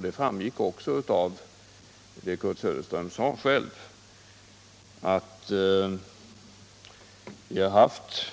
Det framgick av vad Kurt Söderström själv sade att vi har haft